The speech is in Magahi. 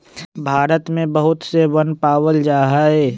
भारत में बहुत से वन पावल जा हई